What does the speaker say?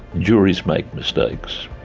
juries make mistakes.